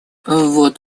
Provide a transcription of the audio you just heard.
вот